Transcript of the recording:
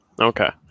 Okay